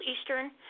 Eastern